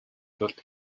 тулд